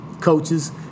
coaches